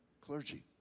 clergy